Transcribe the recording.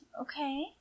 Okay